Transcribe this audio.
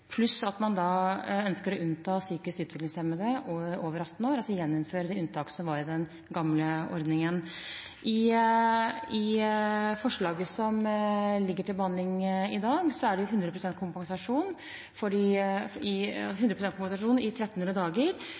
pluss at man ønsker å unnta psykisk utviklingshemmede over 18 år, dvs. gjeninnføre det unntaket som var i den gamle ordningen. I forslaget som ligger til behandling i dag, er det 100 pst. kompensasjon i 1 300 dager.